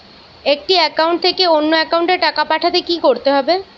একটি একাউন্ট থেকে অন্য একাউন্টে টাকা পাঠাতে কি করতে হবে?